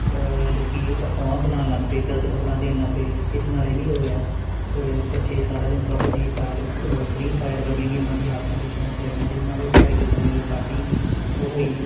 ਲੋਕੀ ਅਫਵਾਵਾਂ ਫੈਲਾਣ ਲੱਗ ਪਏ ਗਲਤ ਖ਼ਬਰਾਂ ਦੇਣ ਲੱਗ ਪਏ ਇਹਦੇ ਨਾਲ ਇਹ ਵੀ ਹੋਇਆ ਬੱਚੇ ਸਾਰਾ ਦਿਨ ਪਬਜੀ ਫਾਇਰ ਫਰੀ ਫਾਇਰ ਵਰਗੀਆਂ ਗੇਮਾਂ ਦੀਆਂ ਆਦਤਾਂ ਬੱਚਿਆਂ ਨੂੰ ਪੈ ਗਈਆਂ ਜਿਹਦੇ ਨਾਲ ਉਹ ਪੜ੍ਹਾਈ ਦੇ ਸਮੇਂ ਬਰਬਾਦੀ ਉਹ ਹੋਈ